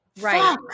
Right